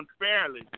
unfairly